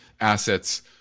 assets